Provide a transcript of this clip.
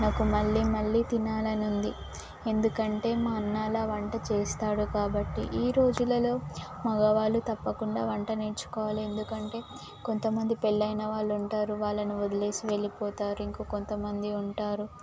నాకు మళ్ళీ మళ్ళీ తినాలని ఉంది ఎందుకంటే మా అన్న అలా వంట చేస్తాడు కాబట్టి ఈ రోజులలో మగవాళ్ళు తప్పకుండా వంట నేర్చుకోవాలి ఎందుకంటే కొంత మంది పెళ్ళైన వాళ్ళు ఉంటారు వాళ్ళని వదిలేసి వెళ్ళిపోతారు ఇంకా కొంత మంది ఉంటారు